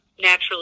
naturally